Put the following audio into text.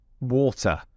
Water